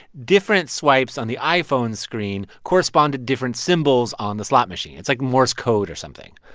different swipes on the iphone screen correspond to different symbols on the slot machine. it's like morse code or something.